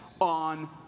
on